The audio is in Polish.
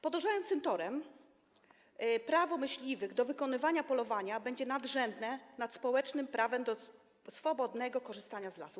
Podążając tym torem, prawo myśliwych do wykonywania polowania będzie nadrzędne wobec społecznego prawa do swobodnego korzystania z lasu.